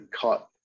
cut